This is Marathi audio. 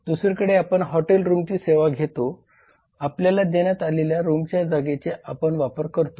दुसरीकडे आपण हॉटेल रूमची सेवा घेतो आपल्याला देण्यात आलेल्या रूमच्या जागेचे आपण वापर करतोत